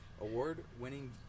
Award-winning